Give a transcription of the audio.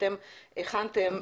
אתם הכנתם,